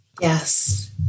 Yes